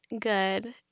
good